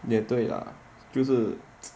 也对啦就是